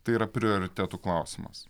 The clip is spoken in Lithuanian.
tai yra prioritetų klausimas